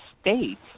state